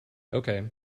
okay